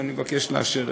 ואני מבקש לאשר את זה.